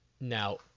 now